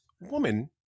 woman